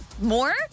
More